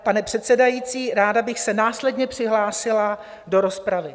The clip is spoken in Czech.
Pane předsedající, ráda bych se následně přihlásila do rozpravy.